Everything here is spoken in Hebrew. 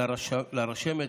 לרשמת,